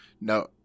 No